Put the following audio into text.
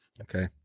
Okay